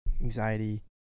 anxiety